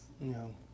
No